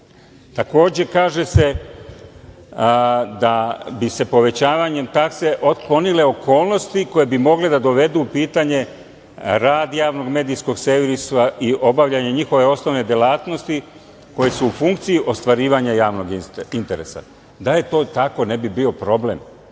društvu. Takođe, kaže se da bi se povećavanjem takse otklonile okolnosti koje bi mogle da dovedu u pitanje rad javnog medijskog servisa i obavljanje njihove osnovne delatnosti koje su u funkciji ostvarivanja javnog interesa. Da je to tako ne bi bio problem,